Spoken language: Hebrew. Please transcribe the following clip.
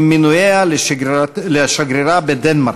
עם מינויה לשגרירה בדנמרק.